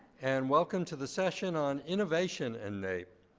and welcome to the session on innovation and naep.